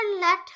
let